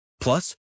Plus